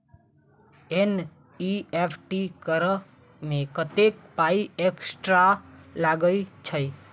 NEFT करऽ मे कत्तेक पाई एक्स्ट्रा लागई छई?